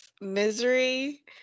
misery